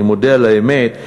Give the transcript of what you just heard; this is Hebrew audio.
אני מודה על האמת,